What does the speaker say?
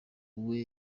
wiwe